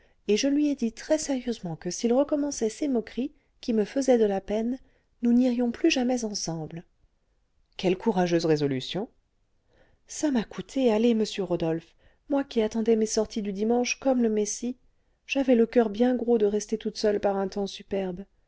et je lui ai dit très-sérieusement que s'il recommençait ses moqueries qui me faisaient de la peine nous n'irions plus jamais ensemble quelle courageuse résolution ça m'a coûté allez monsieur rodolphe moi qui attendais mes sorties du dimanche comme le messie j'avais le coeur bien gros de rester toute seule par un temps superbe